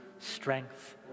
strength